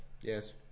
Yes